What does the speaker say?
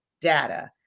data